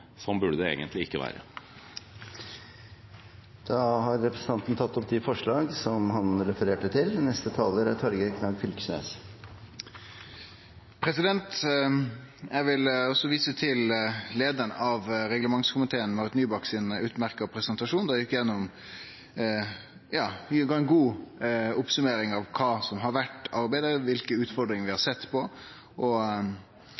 Slik burde det ikke være. Representanten Ola Elvestuen har tatt opp de forslagene han refererte til. Eg vil òg vise til leiaren av reglementskomiteen, Marit Nybakk, sin særdeles bra presentasjon. Ho gav ei god oppsummering av kva som har vore arbeidd med, kva for utfordringar vi